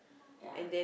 ya